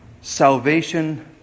salvation